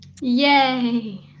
yay